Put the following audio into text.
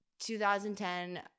2010